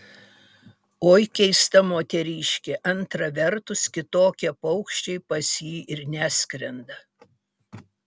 oi keista moteriškė antra vertus kitokie paukščiai pas jį ir neskrenda